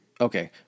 Okay